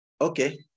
Okay